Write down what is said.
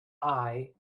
eye